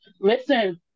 Listen